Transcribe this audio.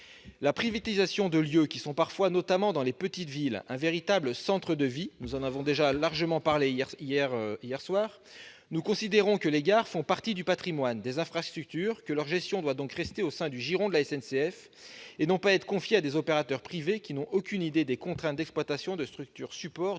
une privatisation de lieux qui sont parfois, notamment dans des petites villes, de véritables centres de vie. Nous avons déjà largement parlé de cette question hier soir. Nous considérons que les gares font partie du patrimoine, des infrastructures, que leur gestion doit donc rester dans le giron de la SNCF et non pas être confiée à des opérateurs privés, qui n'ont aucune idée des contraintes d'exploitation de structures support